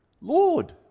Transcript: Lord